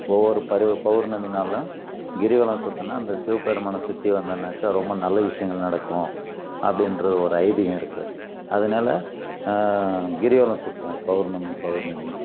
ஒவ்வொரு பருவம் பௌர்ணமி நாளில் கிரிவலம் சுற்றினா அந்த சிவப்பெருமானை சுற்றி வந்தோனாக்க ரொம்ப நல்ல விஷயங்கள் நடக்கும் அப்படின்றது ஒரு ஐதீகம் இருக்குது அதனால் கிரிவலம் சுற்றணும் பௌர்ணமி பௌர்ணமி